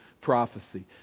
prophecy